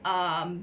um